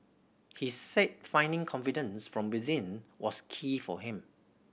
he said finding confidence from within was key for him